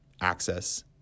access